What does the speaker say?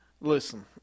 Listen